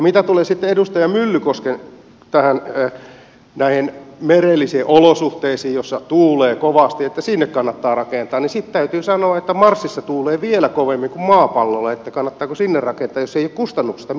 mitä tulee sitten edustaja myllykosken näihin merellisiin olosuhteisiin joissa tuulee kovasti että sinne kannattaa rakentaa niin sitten täytyy sanoa että marsissa tuulee vielä kovemmin kuin maapallolla että kannattaako sinne rakentaa jos ei ole kustannuksista mitään väliä